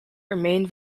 remained